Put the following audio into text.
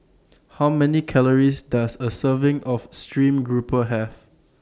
How Many Calories Does A Serving of Stream Grouper Have